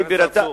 חבר הכנסת צרצור,